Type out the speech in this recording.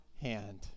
hand